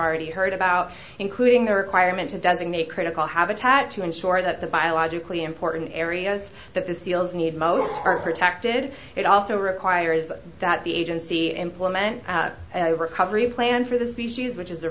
already heard about including the requirement that doesn't make critical habitat to ensure that the biologically important areas that the seals need most part protected it also requires that the agency implement a recovery plan for the species which is a